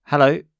Hello